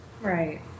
Right